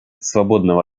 свободного